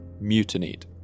mutinied